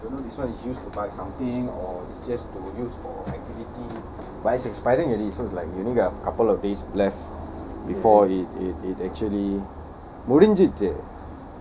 don't know this is used to buy something or it's just to use for activity but it's expiring already so like you only have a couple of days left before it it it actually முடிஞ்சிடிச்சி:mudinjidichi